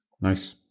Nice